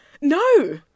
no